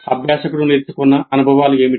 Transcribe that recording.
అభ్యాసకుడు నేర్చుకున్న అనుభవాలు ఏమిటి